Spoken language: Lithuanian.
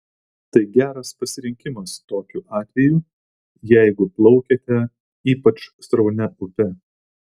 tai geras pasirinkimas tokiu atveju jeigu plaukiate ypač sraunia upe